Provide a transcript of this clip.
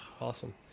Awesome